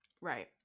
Right